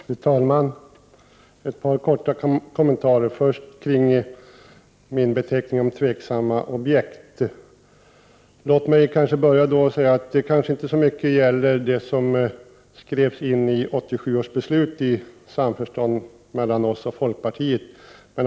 Fru talman! Jag vill göra ett par korta kommentarer. Jag börjar med det som jag i mitt anförande betecknade som tveksamma objekt. Låt mig först säga att detta gäller inte så mycket det som skrevs in i 1987 års beslut i samförstånd mellan oss socialdemokrater och folkpartiet.